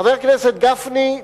חבר הכנסת גפני,